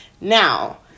Now